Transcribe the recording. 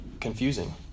confusing